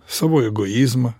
savo egoizmą